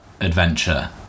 adventure